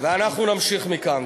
ואנחנו נמשיך מכאן.